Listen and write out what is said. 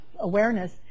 awareness